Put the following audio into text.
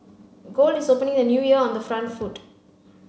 gold is opening the new year on the front foot